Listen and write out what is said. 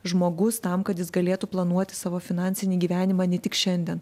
žmogus tam kad jis galėtų planuoti savo finansinį gyvenimą ne tik šiandien